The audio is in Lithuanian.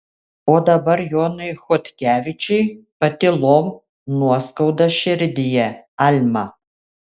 o dabar jonui chodkevičiui patylom nuoskauda širdyje alma